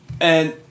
And-